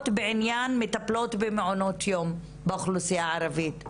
בעניין מטפלות במעונות יום באוכלוסייה הערבית.